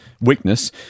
weakness